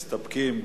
מסתפקים.